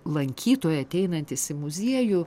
lankytojai ateinantys į muziejų